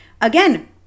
again